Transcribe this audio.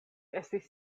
estis